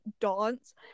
dance